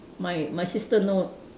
my my sister know